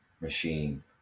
machine